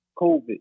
COVID